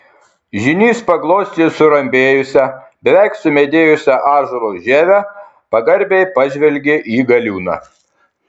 žynys paglostė surambėjusią beveik sumedėjusią ąžuolo žievę pagarbiai pažvelgė į galiūną